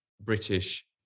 British